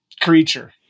creature